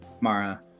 Mara